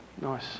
nice